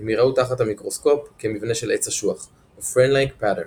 הם יראו תחת המיקרוסקופ כמבנה של "עץ אשוח" או frenlike pattern.